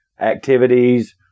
activities